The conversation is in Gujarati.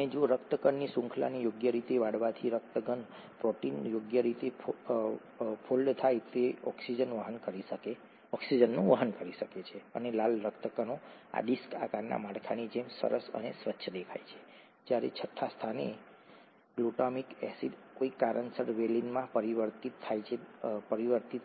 અને જો રક્તગણની શૃંખલાને યોગ્ય રીતે વાળવાથી રક્તગણ પ્રોટીન યોગ્ય રીતે ફોલ્ડવાળવુ થાય ત્યારે તે ઓક્સિજનનું વહન કરી શકે છે અને લાલ રક્તકણો આ ડિસ્ક આકારના માળખાની જેમ સરસ અને સ્વચ્છ દેખાય છે જ્યારે છઠ્ઠા સ્થાને ગ્લુટામિક એસિડ કોઈ કારણસર વેલિનમાં પરિવર્તિત